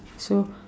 so